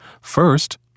First